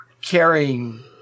carrying